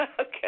Okay